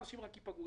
אנשים רק ייפגעו.